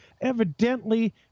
evidently